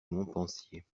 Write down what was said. montpensier